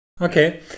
Okay